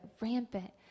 rampant